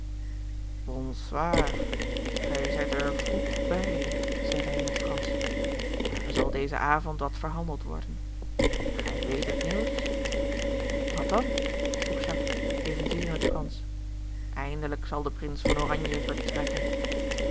bonsoir gij zijt er vroeg bij zeide hij in het fransch maar er zal dezen avond wat verhandeld worden gij weet het nieuws wat dan vroeg jacques evenzeer in het fransch eindelijk zal de prins van oranje vertrekken